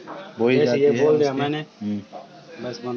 जनवरी फरवरी माह में जो फसल बोई जाती है उसके बीज कहाँ से प्राप्त होंगे?